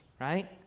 right